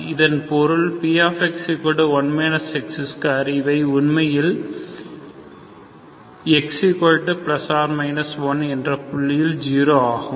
இதன் பொருள் Px1 x2 இவை உண்மையில்x±1என்ற புள்ளிகளில் 0 ஆகும்